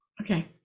Okay